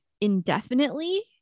indefinitely